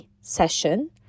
session